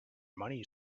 money